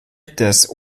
des